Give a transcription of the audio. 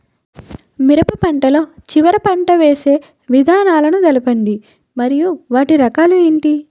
మిరప లో చివర పంట వేసి విధానాలను తెలపండి మరియు వాటి రకాలు ఏంటి